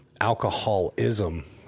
alcoholism